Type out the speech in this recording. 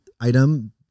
item